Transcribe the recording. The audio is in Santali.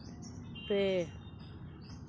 ᱯᱮ